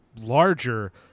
larger